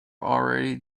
already